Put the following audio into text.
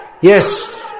yes